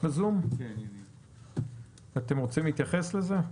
אתם רוצים להתייחס לזה?